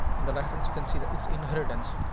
in the reference, you can see that it's inheritance.